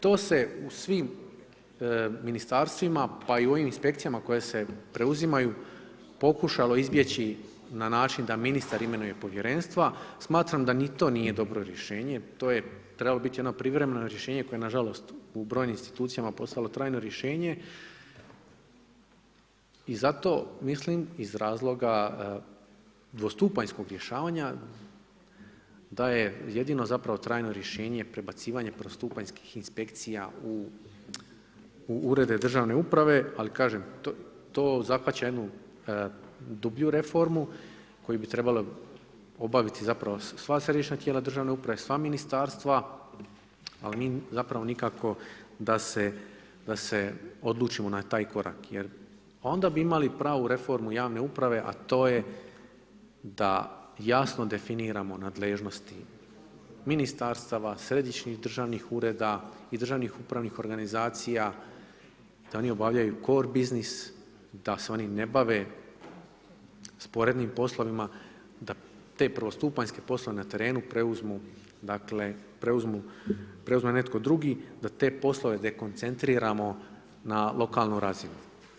To se u svim Ministarstvima, pa i ovim inspekcijama koje se preuzimaju pokušalo izbjeći na način da ministar imenuje povjerenstva, smatram da ni to nije dobro rješenje, to je trebalo biti jedno privremeno rješenje koje nažalost u brojnim institucijama postalo trajno rješenje i zato mislim iz razloga dvostupanjskog rješavanja da je jedino zapravo trajno rješenje prebacivanje prvostupanjskih inspekcija u urede državne uprave ali kažem to zahvaća jednu dublju reformu koju bi trebalo obaviti zapravo sva središnja tijela državne uprave, sva ministarstva ali mi zapravo nikako da se odlučimo na taj korak jer onda bi imali pravu reformu javne uprave a to je da jasno definiramo nadležnosti ministarstava, središnjih državnih ureda i državnih upravnih organizacija, da oni obavljaju core biznis, da se oni ne bave sporednim poslovima, da te prvostupanjske poslove na terenu preuzme netko drugi, da te poslove dekoncentriramo na lokalnu razinu.